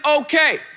okay